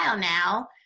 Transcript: now